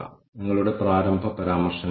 ഈ അവതരണത്തിന്റെ അവസാനം ഞാൻ ഒരു പേപ്പർ കാണിക്കും